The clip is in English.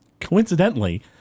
Coincidentally